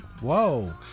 Whoa